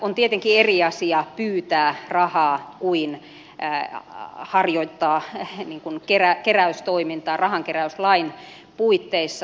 on tietenkin eri asia pyytää rahaa kuin harjoittaa keräystoimintaa rahankeräyslain puitteissa